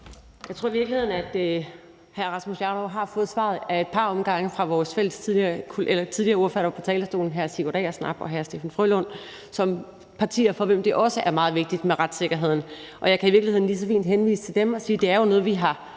Jeg tror i virkeligheden, at hr. Rasmus Jarlov har fået svaret ad et par omgange fra vores ordførerkolleger, der var på talerstolen tidligere, hr. Sigurd Agersnap og hr. Steffen W. Frølund, som er fra partier, for hvem det også er meget vigtigt med retssikkerheden. Jeg kan i virkeligheden lige så fint henvise til dem og sige, at det jo er noget, vi har